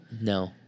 no